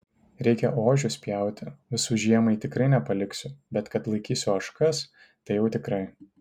reikia ožius pjauti visų žiemai tikrai nepaliksiu bet kad laikysiu ožkas tai jau tikrai